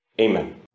Amen